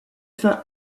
fin